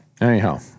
anyhow